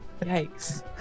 Yikes